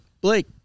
Blake